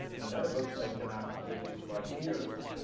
and another book that they come out with this right here.